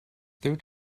through